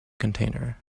container